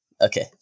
Okay